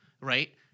right